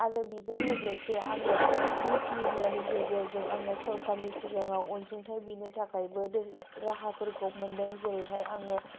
आरो बिजों लोगोसे आङो निउस मिडियानि गेजेरजों आङो सरकारनि सिगाङाव अनसुंथाइ बिनो थाखायबो राहाफोरखौ मोन्दों जेरैहाय आङो